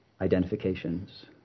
identifications